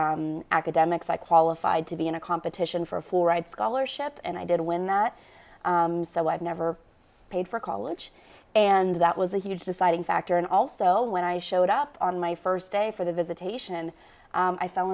academics i qualified to be in a competition for four right scholarship and i did win that so i've never paid for college and that was a huge deciding factor and also when i showed up on my first day for the visitation i fell